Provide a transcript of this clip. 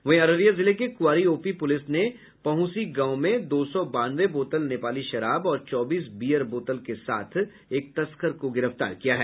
वहीं अररिया जिले के कुआरी ओपी पुलिस ने पहुंसी गांव में दो सौ बानवे बोतल नेपाली शराब और चौबीस बीयर बोतल के साथ एक तस्कर को गिरफ्तार किया है